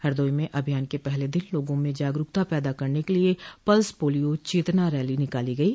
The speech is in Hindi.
हरदोई में अभियान के पहले दिन लोगों में जागरूकता पैदा करने के लिए पल्स पोलियो चेतना रैली निकाली गयी